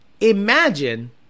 imagine